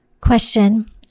Question